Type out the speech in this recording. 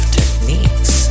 techniques